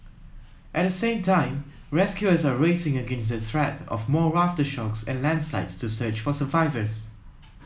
at the same time rescuers are racing against the threat of more aftershocks and landslides to search for survivors